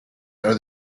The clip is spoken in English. are